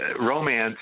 Romance